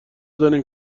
داریم